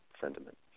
sentiment